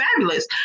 fabulous